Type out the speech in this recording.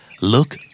look